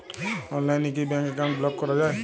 অনলাইনে কি bank account block করা য়ায়?